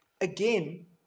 Again